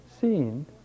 seen